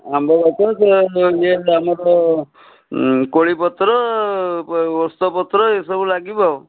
ଆମ୍ବ ପତ୍ର ସେ ଇଏ ଆମର କୋଳି ପତ୍ର ଓସ୍ତ ପତ୍ର ଏ ସବୁ ଲାଗିବ ଆଉ